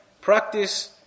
practice